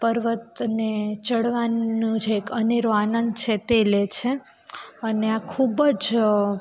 પર્વતને ચડવાનું જે એક અનેરો આનંદ છે તે લે છે અને આ ખૂબ જ